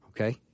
Okay